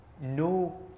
No